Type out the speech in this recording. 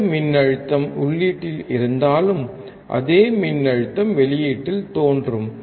எந்த மின்னழுத்தம் உள்ளீட்டில் இருந்தாலும் அதே மின்னழுத்தம் வெளியீட்டில் தோன்றும்